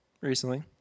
recently